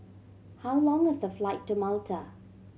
how long is the flight to Malta